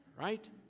right